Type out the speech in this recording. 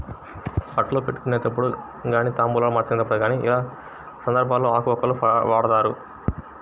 బట్టలు పెట్టుకునేటప్పుడు గానీ తాంబూలాలు మార్చుకునేప్పుడు యిలా అన్ని సందర్భాల్లోనూ ఆకు వక్కలను వాడతారు